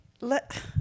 let